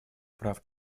прав